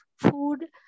food